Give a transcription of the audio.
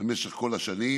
במשך כל השנים,